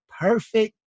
perfect